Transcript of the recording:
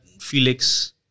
Felix